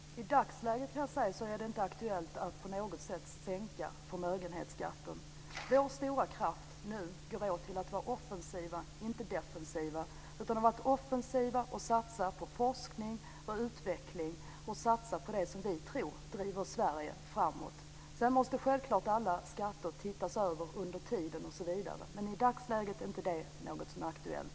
Fru talman! I dagsläget kan jag säga att det inte på något sätt är aktuellt att sänka förmögenhetsskatten. Vår stora kraft nu lägger vi på att vara offensiva, inte defensiva, och satsa på forskning och utveckling och satsa på det som vi tror driver Sverige framåt. Sedan måste självklart alla skatter tittas över under tiden osv. Men i dagsläget är det inte något som är aktuellt.